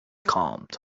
calmed